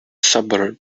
suburb